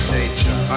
nature